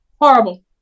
horrible